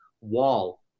wall